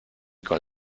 con